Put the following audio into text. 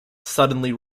suddenly